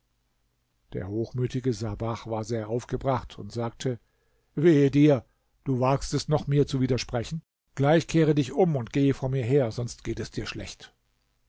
der hochmütige sabach war sehr aufgebracht und sagte wehe dir du wagst es noch mir zu widersprechen gleich kehre dich um und gehe vor mir her sonst geht es dir schlecht